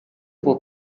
può